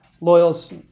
Loyal's